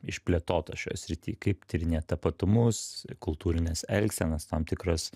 išplėtotas šioj srity kaip tyrinėt tapatumus kultūrines elgsenas tam tikras